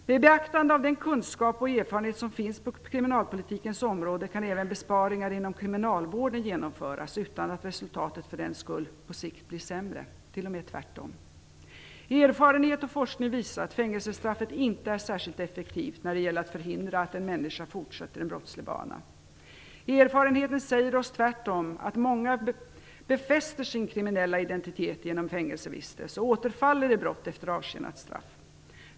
Med beaktande av den kunskap och erfarenhet som finns på kriminalpolitikens område kan även besparingar inom kriminalvården genomföras utan att resultatet för den skull på sikt blir sämre - det är t.o.m. tvärtom. Erfarenhet och forskning visar att fängelsestraffet inte är särskilt effektivt när det gäller att förhindra att en människa fortsätter en brottslig bana. Erfarenheten säger oss tvärtom att många befäster sin kriminella identitet genom fängelsevistelse och återfaller i brott efter avtjänat straff.